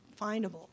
findable